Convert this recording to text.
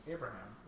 Abraham